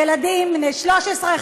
ילדים בני 13,